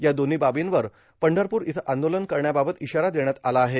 या दोव्ही बाबींवर पंढरपूर इथं आंदोलन करण्याबाबत इशारा देण्यात आला आहे